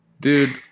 Dude